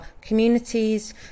communities